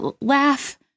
laugh